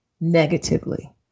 negatively